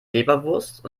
leberwurst